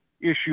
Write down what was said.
issue